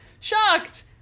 shocked